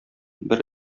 бер